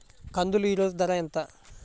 కందులు ఈరోజు ఎంత ధర?